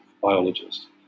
biologist